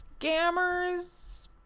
scammers